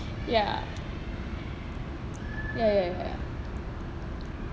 ya ya ya ya ya ya